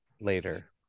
later